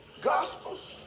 gospels